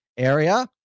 area